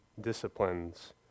disciplines